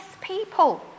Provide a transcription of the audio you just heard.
people